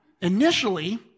initially